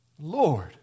Lord